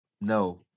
No